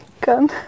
gun